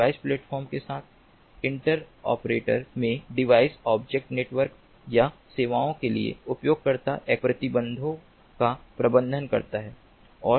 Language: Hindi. डिवाइस प्लेटफ़ॉर्म के साथ इंटरऑपरेट्स में और डिवाइस ऑब्जेक्ट नेटवर्क या सेवाओं के लिए उपयोगकर्ता एक्सेस प्रतिबंधों का प्रबंधन करता है